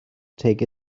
take